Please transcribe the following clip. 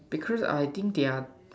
because I think they are